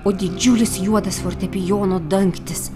o didžiulis juodas fortepijono dangtis